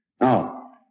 now